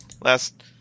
last